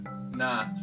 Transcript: Nah